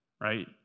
right